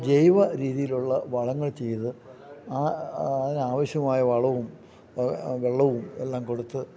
ജൈവ രീതിയിലുള്ള വളങ്ങൾ ചെയ്ത് ആ അതിന് ആവശ്യമായ വളവും വെള്ളവും എല്ലാം കൊടുത്ത്